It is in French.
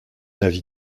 avis